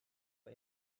are